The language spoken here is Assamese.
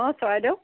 অঁ চৰাইদেউ